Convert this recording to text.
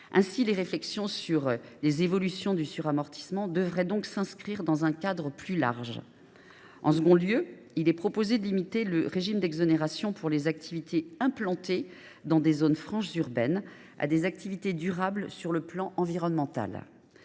Aussi les réflexions sur d’éventuelles évolutions du suramortissement devraient elles s’inscrire dans un cadre plus large. En second lieu, il est proposé de limiter le régime d’exonération applicable aux entreprises implantées en zone franche urbaine à des activités durables sur le plan environnemental.